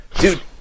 Dude